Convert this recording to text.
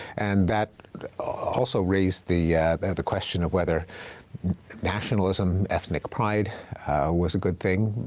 and that also raised the and the question of whether nationalism, ethnic pride was a good thing,